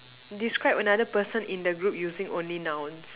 describe another person in the group using only nouns